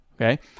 Okay